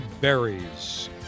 berries